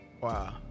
Wow